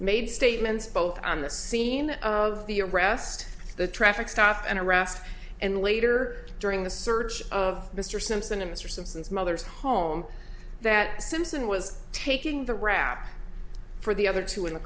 made statements both on the scene of the arrest the traffic stop and arrest and later during the search of mr simpson in mr simpson's mother's home that simpson was taking the rap for the other two in the